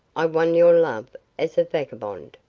i won your love as a vagabond.